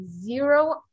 zero